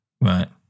right